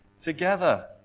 together